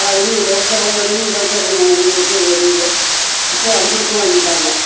ஆ renewal இப்போ கரெக்டாக போவேன் நான் ரினீவல் கரெக்டாக பண்ணுவேங்க மூணு வருஷத்துக்கு ரினீவலு இப்போ அஞ்சு வருஷமாக ஆக்கிட்டாங்க